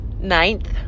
ninth